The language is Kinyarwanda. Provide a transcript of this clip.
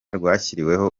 rwashyiriweho